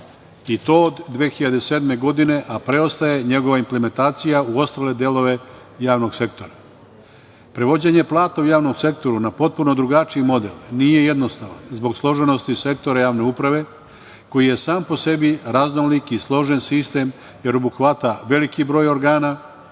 i to od 2007. godine, a preostaje njegova implementacija u ostale delove javnog sektora. Prevođenje plata u javnom sektoru na potpuno drugačiji model nije jednostavno zbog složenosti sektora javne uprave koji je sam po sebi raznolik i složen sistem, jer obuhvata veliki broj organa